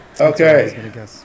Okay